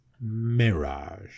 Mirage